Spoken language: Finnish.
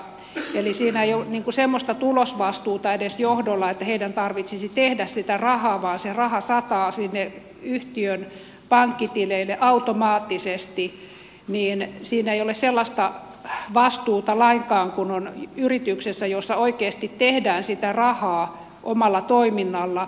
siinä ei ole semmoista tulosvastuuta edes johdolla että heidän tarvitsisi tehdä sitä rahaa vaan se raha sataa sinne yhtiön pankkitileille automaattisesti siinä ei ole sellaista vastuuta lainkaan kuin on yrityksissä joissa oikeasti tehdään sitä rahaa omalla toiminnalla